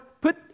put